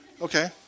Okay